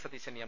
Satheesan M